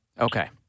Okay